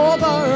Over